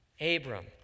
Abram